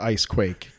Icequake